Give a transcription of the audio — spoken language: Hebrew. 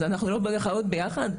אז אנחנו לא חיים ביחד,